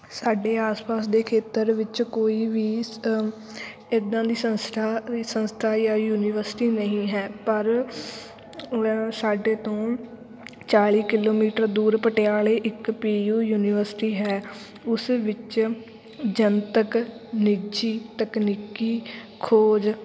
ਸਾਡੇ ਆਸ ਪਾਸ ਦੇ ਖੇਤਰ ਵਿੱਚ ਕੋਈ ਵੀ ਅ ਇੱਦਾਂ ਦੀ ਸੰਸਥਾ ਵੀ ਸੰਸਥਾ ਜਾਂ ਯੂਨੀਵਰਸਿਟੀ ਨਹੀਂ ਹੈ ਪਰ ਸਾਡੇ ਤੋਂ ਚਾਲੀ ਕਿਲੋਮੀਟਰ ਦੂਰ ਪਟਿਆਲੇ ਇੱਕ ਪੀ ਯੂ ਯੂਨੀਵਰਸਿਟੀ ਹੈ ਉਸ ਵਿੱਚ ਜਨਤਕ ਨਿੱਜੀ ਤਕਨੀਕੀ ਖੋਜ